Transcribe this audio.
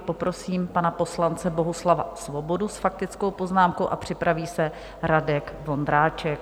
Poprosím pana poslance Bohuslava Svobodu s faktickou poznámkou, a připraví se Radek Vondráček.